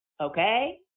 okay